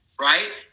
Right